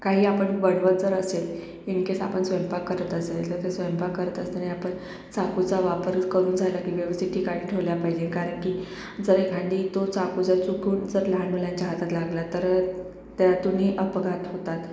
काही आपण बनवत जर असेल इन केस आपण स्वयंपाक करत असेल तर ते स्वयंपाक करत असताना आपण चाकूचा वापर करून झाला की व्यवस्थित ठिकाणी ठेवला पाहिजे कारण की जर एखादी तो चाकू जर चुकून जर लहान मुलांच्या हातात लागला तर त्यातूनही अपघात होतात